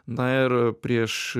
na ir prieš